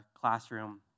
classroom